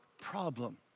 problem